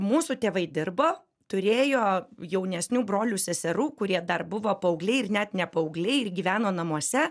mūsų tėvai dirbo turėjo jaunesnių brolių seserų kurie dar buvo paaugliai ir net ne paaugliai ir gyveno namuose